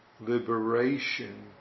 Liberation